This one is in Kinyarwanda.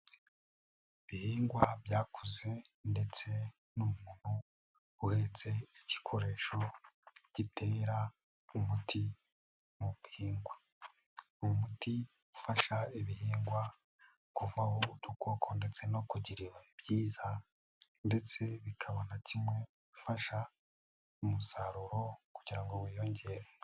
Ibihingwa byakuze ndetse n'umuntu uhetse igikoresho gitera umuti mu bihingwa. Umuti ufasha ibihingwa kuvaho udukoko ndetse no kugira ibibabi ibyiza ndetse bikaba na kimwe mu bifasha umusaruro kugira ngo wiyongere.